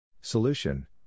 Solution